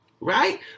Right